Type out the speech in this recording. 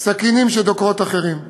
גם סכינים שדוקרות אחרים.